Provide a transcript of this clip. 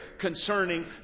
concerning